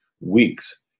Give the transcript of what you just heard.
weeks